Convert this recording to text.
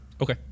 Okay